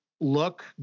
look